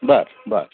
बरं बरं